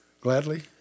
gladly